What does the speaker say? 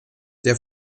der